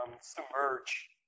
submerge